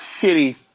shitty